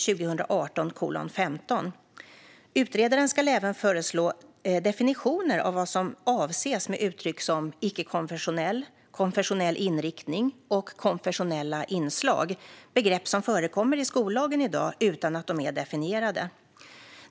Utredaren ska även föreslå definitioner av vad som avses med uttryck som "icke-konfessionell", "konfessionell inriktning" och "konfessionella inslag", begrepp som förekommer i skollagen i dag utan att de är definierade.